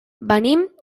venim